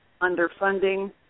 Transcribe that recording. underfunding